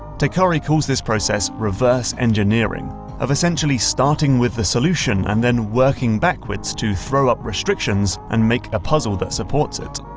teikari calls this process reverse engineering of essentially starting with the solution and then working backwards to throw up restrictions and make a puzzle that supports it.